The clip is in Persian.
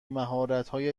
مهراتهای